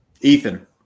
Ethan